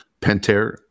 pentair